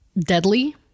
deadly